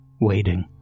waiting